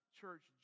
church